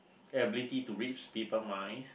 ability to read people minds